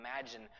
imagine